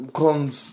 comes